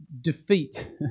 defeat